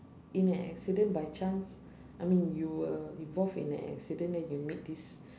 in an accident by chance I mean you were involved in an accident then you meet this